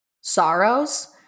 sorrows